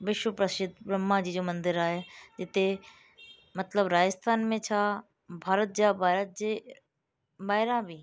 विश्व प्रसिद्ध ब्रहमा जी जो मंदरु आहे हिते मतिलबु राजस्थान में छा भारत जा भारत जे ॿाहिरां बि